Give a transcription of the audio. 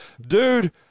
Dude